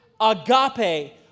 agape